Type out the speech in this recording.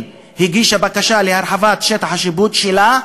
הגישה בקשה להרחבת שטח השיפוט שלה,